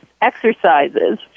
exercises